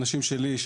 האנשים שלי,